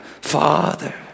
Father